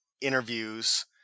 interviews